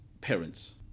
parents